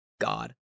God